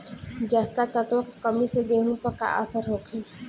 जस्ता तत्व के कमी से गेंहू पर का असर होखे?